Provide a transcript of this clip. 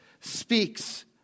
speaks